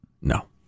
no